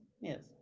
Yes